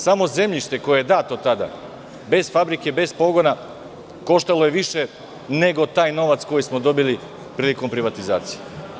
Samo zemljište koje je dato tada, bez fabrike, bez pogona, koštalo je više nego taj novac koji smo dobili prilikom privatizacije.